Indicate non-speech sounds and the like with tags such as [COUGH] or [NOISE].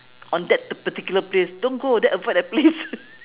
on that the particular place don't go then avoid that place [LAUGHS]